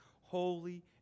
holy